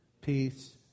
peace